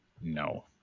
No